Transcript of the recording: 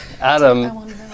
Adam